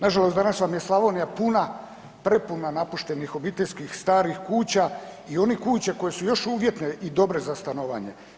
Nažalost, danas vam je Slavonija puna, prepuna napuštenih obiteljskih starih kuća i onih kuća koje su još uvjetne i dobre za stanovanje.